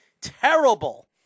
terrible